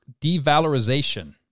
devalorization